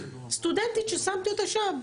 סטודנטית ששמתי אותה שם.